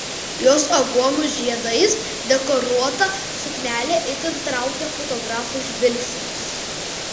jos aguonų žiedais dekoruota suknelė itin traukė fotografų žvilgsnius